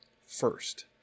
First